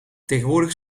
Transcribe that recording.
tegenwoordig